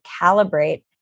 calibrate